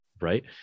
Right